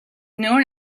known